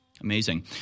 Amazing